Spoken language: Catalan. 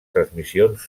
transmissions